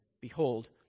behold